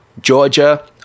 Georgia